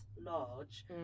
large